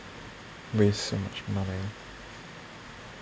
waste so much money